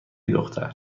دختر